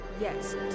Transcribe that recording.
yes